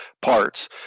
parts